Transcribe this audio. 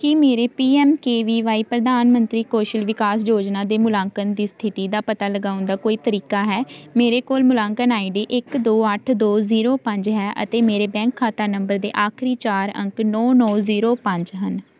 ਕੀ ਮੇਰੇ P M K V Y ਪ੍ਰਧਾਨ ਮੰਤਰੀ ਕੌਸ਼ਲ ਵਿਕਾਸ ਯੋਜਨਾ ਦੇ ਮੁਲਾਂਕਣ ਦੀ ਸਥਿਤੀ ਦਾ ਪਤਾ ਲਗਾਉਣ ਦਾ ਕੋਈ ਤਰੀਕਾ ਹੈ ਮੇਰੇ ਕੋਲ ਮੁਲਾਂਕਣ ਆਈ ਡੀ ਇੱਕ ਦੋ ਅੱਠ ਦੋ ਜੀਰੋ ਪੰਜ ਹੈ ਅਤੇ ਮੇਰੇ ਬੈਂਕ ਖਾਤਾ ਨੰਬਰ ਦੇ ਆਖਰੀ ਚਾਰ ਅੰਕ ਨੌ ਨੌ ਜੀਰੋ ਪੰਜ ਹਨ